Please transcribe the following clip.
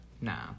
Nah